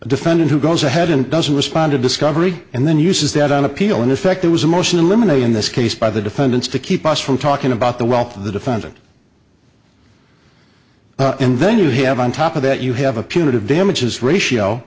a defendant who goes ahead and doesn't respond to discovery and then uses that on appeal in effect there was a motion eliminated in this case by the defendants to keep us from talking about the wealth of the defendant and then you have on top of that you have a punitive damages ratio